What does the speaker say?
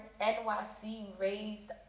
NYC-raised